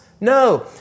No